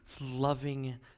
loving